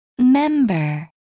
member